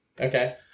Okay